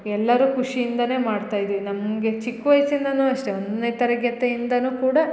ಎಲ್ಲರು ಖುಷಿಯಿಂದ ಮಾಡ್ತಾ ಇದ್ದೀವಿ ನಮ್ಗೆ ಚಿಕ್ ವಯಸ್ಸಿಂದನು ಅಷ್ಟೆ ಒಂದನೇ ತರಗತಿಯಿಂದ ಕೂಡ